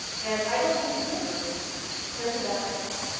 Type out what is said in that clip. and i don't think the universe cares about that at all.